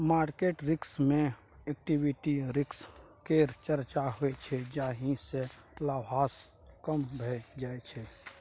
market risk मे equity risk केर चर्चा होइ छै जाहि सँ लाभांश कम भए जाइ छै